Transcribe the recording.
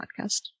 podcast